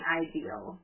ideal